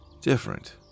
different